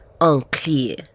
unclear